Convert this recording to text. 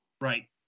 right